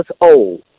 old